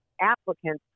applicants